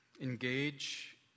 engage